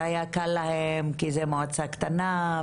זה היה קל להם כי זה מועצה קטנה.